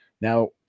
Now